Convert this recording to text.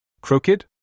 Crooked